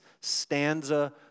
stanza